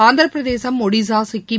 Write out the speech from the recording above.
Andhra Pradesh Odisha Sikkim